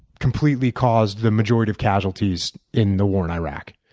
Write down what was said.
completely caused the majority of casualties in the war in iraq.